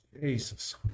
Jesus